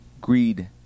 greed